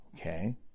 Okay